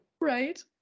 Right